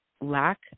lack